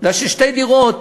שתי דירות